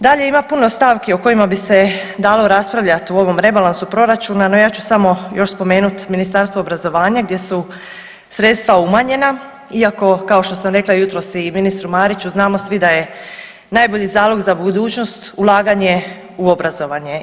Dalje ima puno stavki o kojima bi se dalo raspravljat u ovom rebalansu proračuna, no ja ću samo još spomenut Ministarstvo obrazovanja gdje su sredstva u manjenja, iako kao što sam jutros rekla i ministru Mariću znamo svi da je najbolji zalog za budućnost ulaganje u obrazovanje.